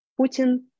Putin